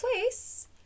place